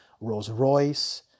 Rolls-Royce